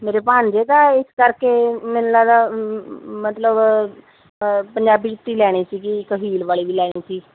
ਮੇਰੇ ਭਾਣਜੇ ਦਾ ਇਸ ਕਰਕੇ ਮੈਨੂੰ ਲੱਗਦਾ ਮਤਲਬ ਪੰਜਾਬੀ ਜੁੱਤੀ ਲੈਣੀ ਸੀ ਇੱਕ ਹੀਲ ਵਾਲੀ ਵੀ ਲੈਣੀ ਸੀ